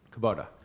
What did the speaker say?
Kubota